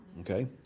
Okay